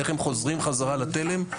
איך הם חוזרים חזרה לתלם,